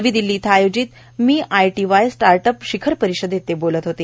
नवी दिल्ती इथं आयोजित मी आयटीवाय स्टार्टअप शिखर परिषदेत ते बोलत होते